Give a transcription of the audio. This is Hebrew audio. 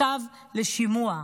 מכתב לשימוע.